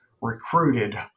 recruited